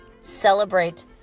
Celebrate